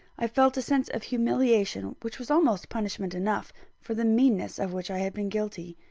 i felt a sense of humiliation which was almost punishment enough for the meanness of which i had been guilty.